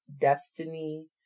destiny